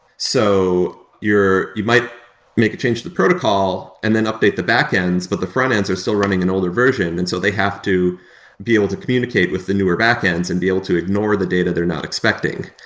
so you might make a change to the protocol and then update the backends, but the frontends are still running an older version, and so they have to be able to communicate with the newer backends and be able to ignore the data they're not expecting,